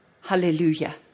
Hallelujah